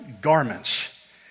garments